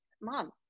mom